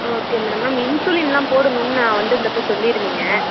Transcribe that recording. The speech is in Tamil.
ஓகே மேடம் மேம் இன்சுலினெல்லாம் போடணும்னு நான் வந்திருந்தப்போ சொல்லியிருந்தீங்க